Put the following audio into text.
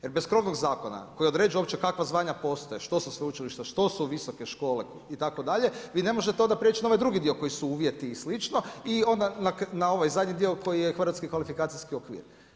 Jer bez krovnog zakona, koji određuje uopće kakva zvanja postoje, što su sveučilišta, što su visoke škole, itd. vi ne možete onda preći na ovaj drugi dio, koji su uvjeti i slično i onda na ovaj zadnji dio, koji je hrvatski kvalifikacijski okvir.